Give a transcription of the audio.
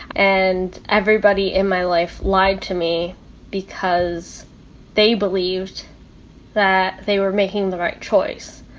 and everybody in my life lied to me because they believed that they were making the right choice.